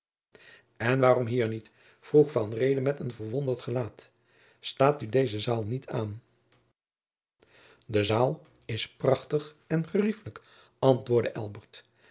en waarom hier niet vroeg van reede met een verwonderd gelaat staat u deze zaal niet aan de zaal is prachtig en geriefelijk antwoordde